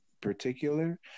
particular